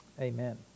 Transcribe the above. amen